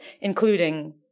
including